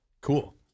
cool